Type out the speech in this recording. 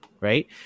right